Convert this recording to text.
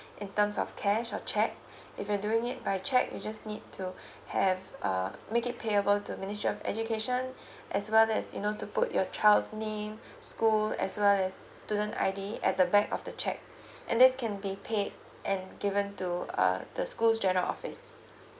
in terms of cash or cheque if you doing it by cheque you just need to have uh make it payable to ministry of education as well as you know to put your child's name school as well as student I_D at the back of the cheque and then can be paid and given to uh the schools general office